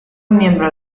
miembro